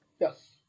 Yes